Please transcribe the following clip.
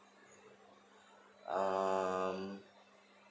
um